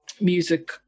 music